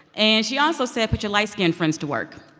and she also said, put your light-skinned friends to work.